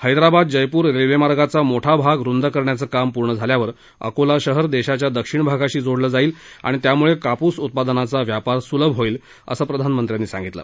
Hyderabad Jaipur railway मार्गाचा मोठा भाग रुंद करण्याचं काम पूर्ण झाल्यावर अकोला शहर देशाच्या दक्षिण भागाशी जोडला जाईल आणि त्यामुळे कापूस उत्पादनाचा व्यापार सुलभ होईल असं प्रधानमंत्र्यांनी सांगितलं